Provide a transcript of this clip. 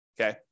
okay